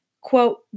quote